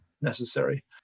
necessary